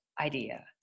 idea